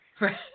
Right